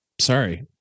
Sorry